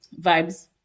vibes